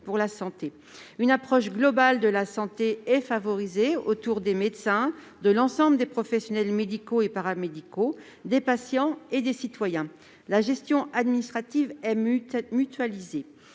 pour la santé. Une approche globale de la santé est favorisée autour des médecins, de l'ensemble des professionnels médicaux et paramédicaux, des patients et des citoyens. La gestion administrative est mutualisée.